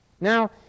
Now